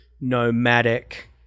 nomadic